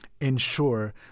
ensure